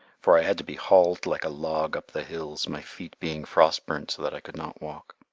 for i had to be hauled like a log up the hills, my feet being frost-burnt so that i could not walk.